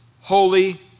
holy